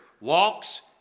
Walks